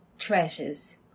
treasures